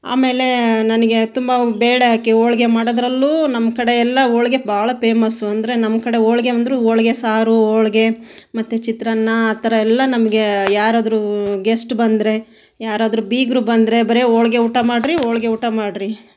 ಆಮೇಲೆ ನನಗೆ ತುಂಬ ಬೇಳೆ ಹಾಕಿ ಹೋಳಿಗೆ ಮಾಡೋದ್ರಲ್ಲೂ ನಮ್ಮ ಕಡೆ ಎಲ್ಲ ಹೋಳಿಗೆ ಬಹಳ ಪೇಮಸ್ ಅಂದರೆ ನಮ್ಮ ಕಡೆ ಹೋಳಿಗೆ ಅಂದರೂ ಹೋಳಿಗೆ ಸಾರು ಹೋಳಿಗೆ ಮತ್ತು ಚಿತ್ರಾನ್ನ ಆ ಥರ ಎಲ್ಲ ನಮಗೆ ಯಾರಾದರೂ ಗೆಸ್ಟ್ ಬಂದರೆ ಯಾರಾದರೂ ಬೀಗರು ಬಂದರೆ ಬರೇ ಹೋಳಿಗೆ ಊಟ ಮಾಡಿರಿ ಹೋಳಿಗೆ ಊಟ ಮಾಡಿರಿ